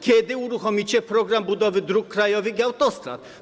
Kiedy uruchomicie program budowy dróg krajowych i autostrad?